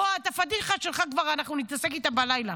בוא, הפדיחות שלך, אנחנו כבר נתעסק איתן בלילה.